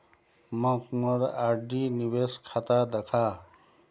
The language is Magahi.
मोक मोर आर.डी निवेश खाता दखा